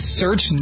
search